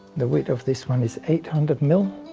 the width of this one is eight hundred mil,